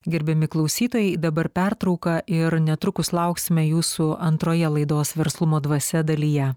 gerbiami klausytojai dabar pertrauka ir netrukus lauksime jūsų antroje laidos verslumo dvasia dalyje